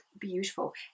beautiful